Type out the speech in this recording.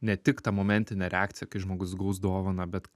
ne tik tą momentinę reakciją kai žmogus gaus dovaną bet